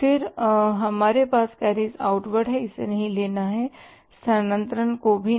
फिर हमारे पास कैरिज आउटवार्ड है इसे नहीं लेना है स्थानांतरण को भी नहीं